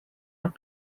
nad